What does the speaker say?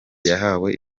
yahawe